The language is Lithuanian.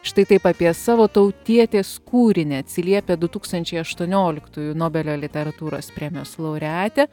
štai taip apie savo tautietės kūrinį atsiliepia du tūkstančiai aštuonioliktųjų nobelio literatūros premijos laureatė